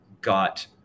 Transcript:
got